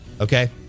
okay